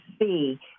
see